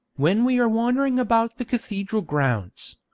when we are wandering about the cathedral grounds.